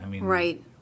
Right